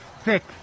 thick